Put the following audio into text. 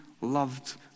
loved